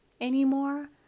anymore